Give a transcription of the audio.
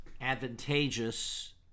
advantageous